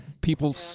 People